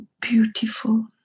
beautiful